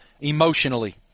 emotionally